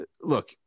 look